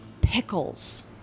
pickles